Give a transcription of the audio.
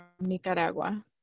Nicaragua